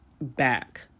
back